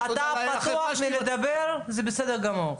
אתה פתוח לדבר, זה בסדר גמור.